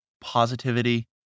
positivity